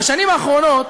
בשנים האחרונות